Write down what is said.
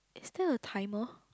is there a timer